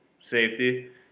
Safety